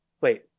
wait